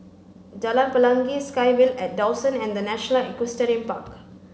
Jalan Pelangi SkyVille at Dawson and The National Equestrian Park